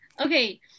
Okay